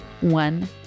one